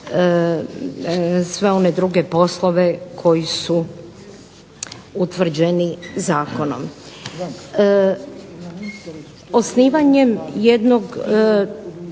sve one druge poslove koji su utvrđeni zakonom. Osnivanjem jednog